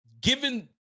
given